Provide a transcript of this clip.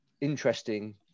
interesting